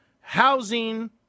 housing